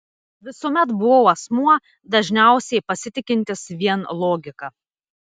visuomet buvau asmuo dažniausiai pasitikintis vien logika